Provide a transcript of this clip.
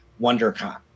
WonderCon